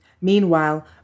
Meanwhile